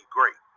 great